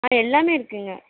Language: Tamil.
ஆ எல்லாமே இருக்குதுங்க